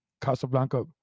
casablanca